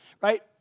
right